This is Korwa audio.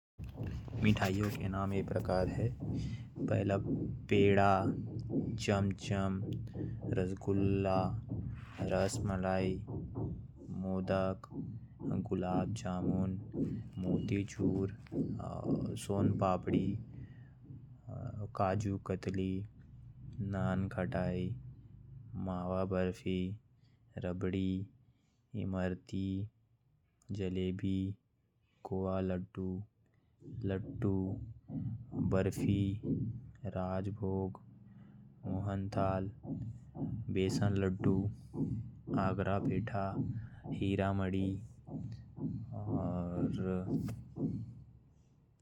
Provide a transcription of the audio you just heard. मिठाई के नाम कुछ ऐ प्रकार है। पेड़ा, चम चम, मोती चूर, काजू कतली, सोन पापड़ी। मावा बर्फी, जलेबी, लड्डू, खोया बर्फी, गुलाब जामुन। हीरा माड़ी, इमरती, आगरा पेड़ा।